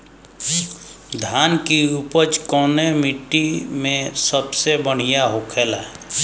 धान की उपज कवने मिट्टी में सबसे बढ़ियां होखेला?